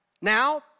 Now